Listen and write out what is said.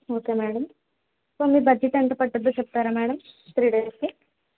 okay madam మీ budget ఎంత పడుతుందో చెప్తారా మేడం త్రీ డేస్కి